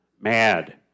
mad